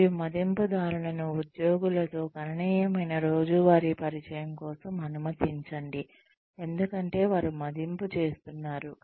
మరియు మదింపుదారులను ఉద్యోగులతో గణనీయమైన రోజువారీ పరిచయం కోసం అనుమతించండి ఎందుకంటే వారు మదింపు చేస్తున్నారు